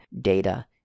data